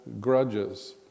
grudges